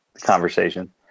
conversation